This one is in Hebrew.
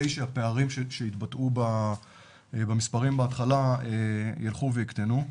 שהפערים שהתבטאו במספרים בהתחלה יילכו ויקטנו.